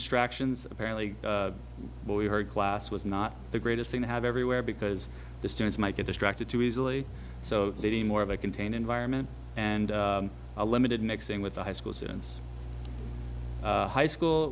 distractions apparently what we heard class was not the greatest thing to have everywhere because the students might get distracted too easily so the more of a contained environment and a limited mixing with the high school since high school